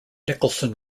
nicholson